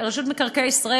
גם של רשות מקרקעי ישראל,